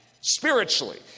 spiritually